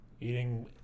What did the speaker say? eating